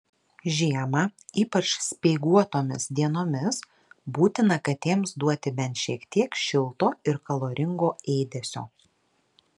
žiemą ypač speiguotomis dienomis būtina katėms duoti bent šiek tiek šilto ir kaloringo ėdesio